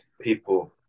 people